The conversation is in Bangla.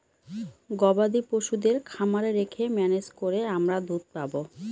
গবাদি পশুদের খামারে রেখে ম্যানেজ করে আমরা দুধ পাবো